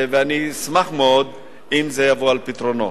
ואשמח מאוד אם זה יבוא על פתרונו.